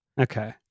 Okay